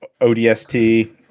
ODST